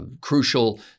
crucial